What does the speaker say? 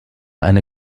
eine